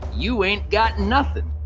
you ain't got nothing.